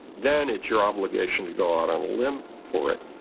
then it's your obligation to go out on a limb for it.